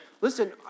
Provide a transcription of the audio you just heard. Listen